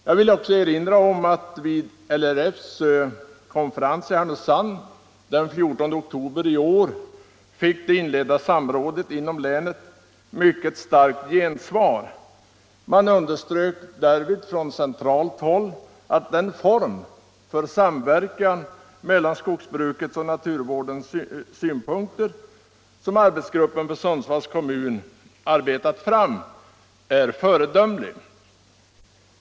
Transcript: Jag vill även erinra om att det inom länet inledda samrådet fick mycket starkt gensvar vid LRF-konferensen i Härnösand den 14 oktober i år. Det underströks därvid från centralt håll att den form för samverkan mellan skogsbrukets och naturvårdens företrädare som arbetsgruppen för Sundsvalls kommun arbetat fram är föredömlig.